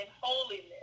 holiness